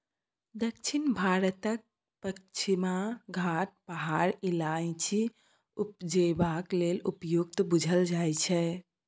दक्षिण भारतक पछिमा घाट पहाड़ इलाइचीं उपजेबाक लेल उपयुक्त बुझल जाइ छै